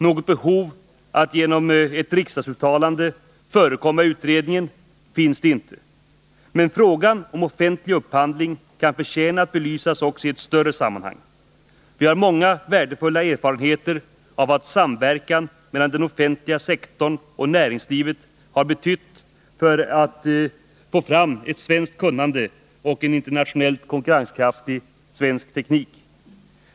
Något behov av att genom ett riksdagsuttalande förekomma utredningen finns inte. Men frågan om offentlig upphandling kan förtjäna att belysas också i ett större sammanhang. Vi har många värdefulla erfarenheter av vad samverkan mellan den offentliga sektorn och näringslivet har betytt när det gällt att få fram ett svenskt kunnande och en internationellt konkurrenskraftig svensk teknik.